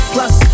Plus